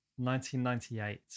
1998